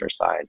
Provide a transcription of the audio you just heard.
side